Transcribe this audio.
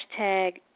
hashtag